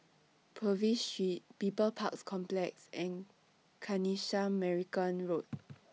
Purvis Street People's Park Complex and Kanisha Marican Road